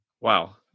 Wow